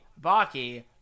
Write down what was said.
Baki